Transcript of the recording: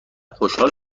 خوشحال